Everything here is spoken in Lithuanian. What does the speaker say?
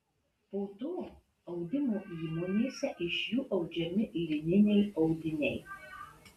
po to audimo įmonėse iš jų audžiami lininiai audiniai